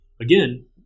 again